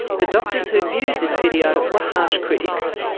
the doctors who viewed this video were harsh critics.